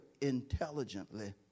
intelligently